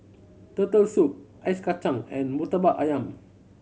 Turtle Soup Ice Kachang and Murtabak Ayam